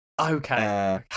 okay